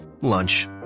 lunch